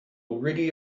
already